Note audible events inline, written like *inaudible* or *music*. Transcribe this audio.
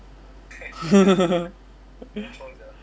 *laughs*